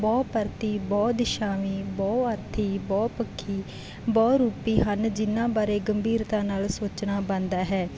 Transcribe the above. ਬਹੁ ਪਰਤੀ ਬਹੁ ਦਿਸ਼ਾਵੀ ਬਹੁ ਆਦੀ ਬਹੁ ਪੱਖੀ ਬਹੁ ਰੂਪੀ ਹਨ ਜਿਹਨਾਂ ਬਾਰੇ ਗੰਭੀਰਤਾ ਨਾਲ ਸੋਚਣਾ ਬਣਦਾ ਹੈ